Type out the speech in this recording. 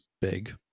big